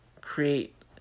create